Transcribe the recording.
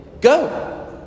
go